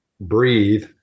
breathe